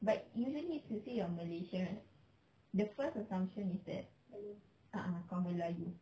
but usually if you say you are malaysian ah the first assumption is that a'ah kau melayu